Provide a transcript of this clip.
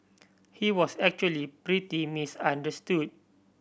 he was actually pretty misunderstood